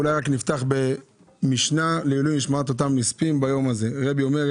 אפתח במשנה לעילוי נשמת אותם נספים ביום הזה: "רבי אומר: